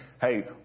hey